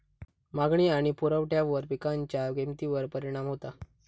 मागणी आणि पुरवठ्यावर पिकांच्या किमतीवर परिणाम होता